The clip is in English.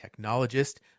technologist